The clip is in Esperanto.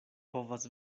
povas